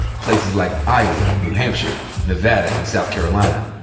places like iowa and new hampshire, nevada and south carolina,